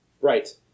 Right